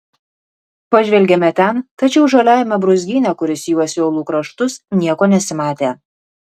pažvelgėme ten tačiau žaliajame brūzgyne kuris juosė uolų kraštus nieko nesimatė